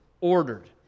ordered